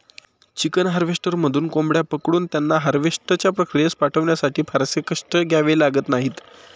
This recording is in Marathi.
चिकन हार्वेस्टरमधून कोंबड्या पकडून त्यांना हार्वेस्टच्या प्रक्रियेत पाठवण्यासाठी फारसे कष्ट घ्यावे लागत नाहीत